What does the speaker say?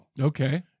Okay